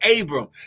Abram